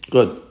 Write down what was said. Good